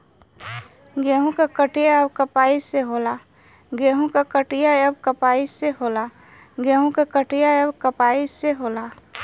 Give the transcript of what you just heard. गेंहू क कटिया अब कंपाइन से होला